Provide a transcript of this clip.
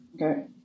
Okay